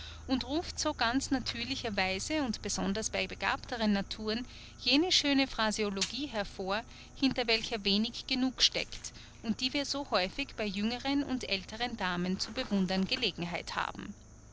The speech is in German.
und ruft so ganz natürlicherweise und besonders bei begabteren naturen jene schöne phraseologie hervor hinter welcher wenig genug steckt und die wir so häufig bei jüngeren und älteren damen zu bewundern gelegenheit haben